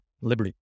liberty